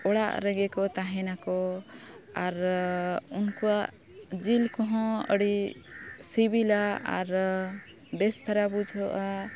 ᱚᱲᱟᱜ ᱨᱮᱜᱮ ᱠᱚ ᱛᱟᱦᱮᱱᱟᱠᱚ ᱟᱨ ᱩᱱᱠᱩᱣᱟᱜ ᱡᱤᱞ ᱠᱚᱦᱚᱸ ᱟᱹᱰᱤ ᱥᱤᱵᱤᱞᱟ ᱟᱨ ᱵᱮᱥ ᱫᱷᱟᱨᱟ ᱵᱩᱡᱷᱟᱹᱜᱼᱟ